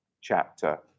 chapter